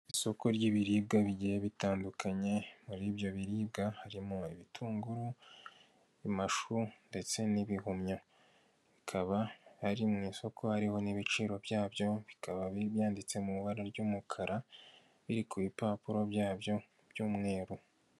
Isoko ry'ibiribwa bigiye bitandukanye muri ibyo biribwa harimo ibitunguru, amashu ndetse n'ibihumyo. Bikaba ari mu isoko hariho n'ibiciro byabyo bikaba byanditse mu ibara ry'umukara biri ku bipapuro byabyo by'umweru.